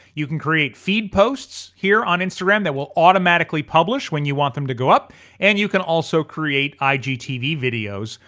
you can create feed posts here on instagram that will automatically publish when you want them to go up and you can also create igtv videos,